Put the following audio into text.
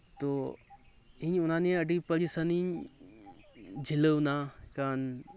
ᱛᱚ ᱤᱧ ᱚᱱᱟᱱᱤᱭᱮ ᱟᱹᱰᱤ ᱯᱟᱹᱨᱤᱥᱟᱱᱤᱧ ᱡᱷᱤᱞᱟᱹᱣᱱᱟ ᱮᱱᱠᱷᱟᱱ